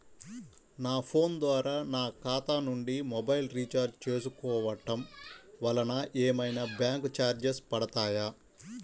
నా ఫోన్ ద్వారా నా ఖాతా నుండి మొబైల్ రీఛార్జ్ చేసుకోవటం వలన ఏమైనా బ్యాంకు చార్జెస్ పడతాయా?